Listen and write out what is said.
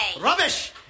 Rubbish